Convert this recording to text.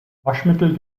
waschmittel